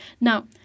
Now